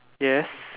yes